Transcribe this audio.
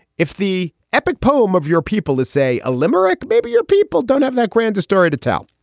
if the epic poem of your people is, say, a limerick, maybe your people don't have that grandiose story to tell.